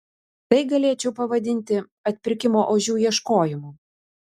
tai galėčiau pavadinti atpirkimo ožių ieškojimu